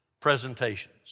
presentations